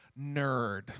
nerd